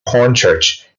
hornchurch